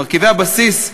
מרכיבי הבסיס,